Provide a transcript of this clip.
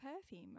perfume